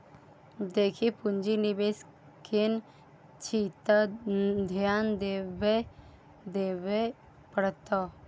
देखी पुंजी निवेश केने छी त ध्यान देबेय पड़तौ